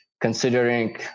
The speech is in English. considering